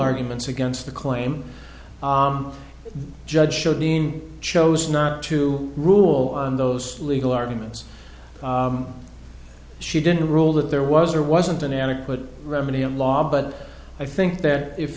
arguments against the claim the judge showed dean chose not to rule on those legal arguments she didn't rule that there was or wasn't an adequate remedy in law but i think that if